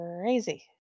crazy